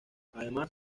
además